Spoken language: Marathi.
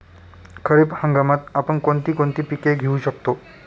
खरीप हंगामात आपण कोणती कोणती पीक घेऊ शकतो?